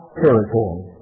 territory